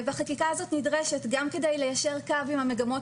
החקיקה הזאת נדרשת גם כדי ליישר קו עם המגמות